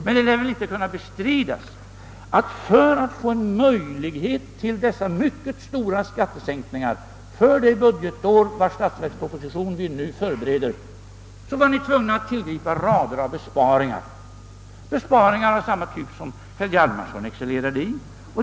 Men det lär väl inte kunna bestridas att ni för att få en möjlighet till dessa mycket stora skattesänkningar för det budgetår, vars statsverksproposition vi nu förbereder, skulle vara tvungna att tillgripa rader av besparingar, besparingar av samma typ som dem vilka herr Hjalmarson förde fram.